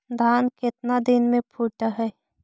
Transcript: धान केतना दिन में फुट है?